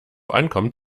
ankommt